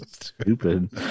stupid